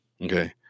Okay